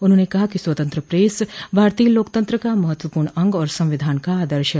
उन्होंने कहा कि स्वतंत्र प्रेस भारतीय लोकतंत्र का महत्वपूर्ण अंग और संविधान का आदर्श है